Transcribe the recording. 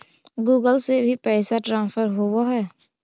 Google से भी पैसा ट्रांसफर होवहै?